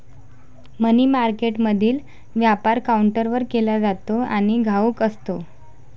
मनी मार्केटमधील व्यापार काउंटरवर केला जातो आणि घाऊक असतो